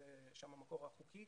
שם המקור החוקי,